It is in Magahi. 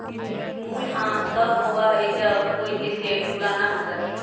मूल्यह्रास तब होबा हई जब कोई एसेट पुराना हो जा हई